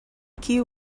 key